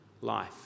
life